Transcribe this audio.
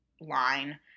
line